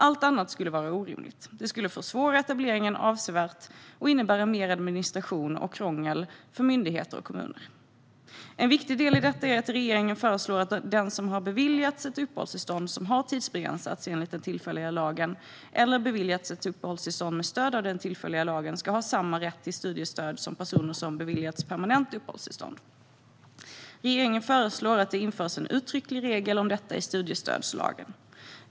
Allt annat skulle vara orimligt. Det skulle försvåra etableringen avsevärt och innebära mer administration och krångel för myndigheter och kommuner. En viktig del i detta är att regeringen föreslår att den som har beviljats ett uppehållstillstånd som har tidsbegränsats enligt den tillfälliga lagen eller beviljats ett uppehållstillstånd med stöd av den tillfälliga lagen ska ha samma rätt till studiestöd som personer som beviljats permanent uppehållstillstånd. Regeringen föreslår att det införs en uttrycklig regel om detta i studiestödslagen.